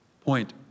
Point